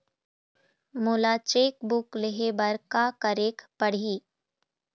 मोला cheque book लेहे बर का केरेक पढ़ही?